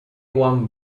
one